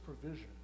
provision